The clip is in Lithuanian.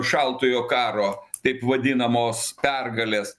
šaltojo karo taip vadinamos pergalės